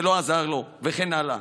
זה לא עזר לו, וכן הלאה.